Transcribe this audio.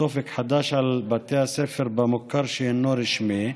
אופק חדש על בתי הספר במוכר שאינו רשמי.